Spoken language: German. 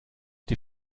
die